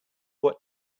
what